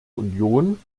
union